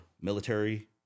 military